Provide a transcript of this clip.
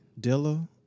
Dilla